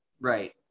right